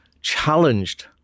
challenged